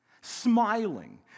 Smiling